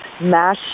mass